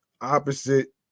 opposite